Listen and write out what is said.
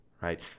right